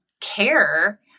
care